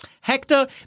Hector